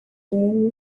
game